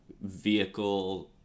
vehicle